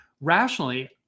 rationally